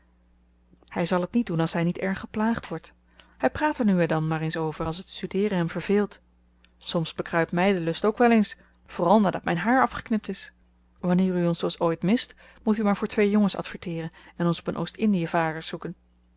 hij zal het niet doen als hij niet erg geplaagd wordt hij praat er nu en dan maar eens over als het studeeren hem verveelt soms bekruipt mij de lust ook wel eens vooral nadat mijn haar afgeknipt is wanneer u ons dus ooit mist moet u maar voor twee jongens adverteeren en ons op een oostindie vaarder zoeken